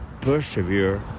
persevere